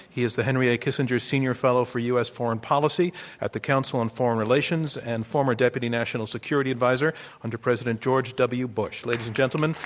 he is the henry a. kissinger senior fellow for u. s. foreign policy at the council on foreign relations, and former deputy national security adviser under president george w. bush. ladies and gentlemen,